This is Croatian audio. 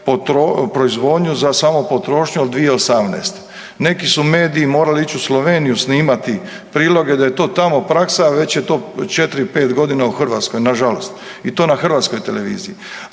proizvodnju za samopotrošnju od 2018. Neki su mediji morali ići u Sloveniju snimati priloge, da je to tamo praksa, a već je to 4, 5 godina u Hrvatskoj, nažalost. I to na hrvatskoj televiziji.